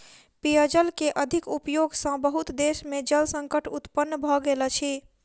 पेयजल के अधिक उपयोग सॅ बहुत देश में जल संकट उत्पन्न भ गेल अछि